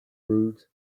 route